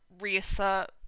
reassert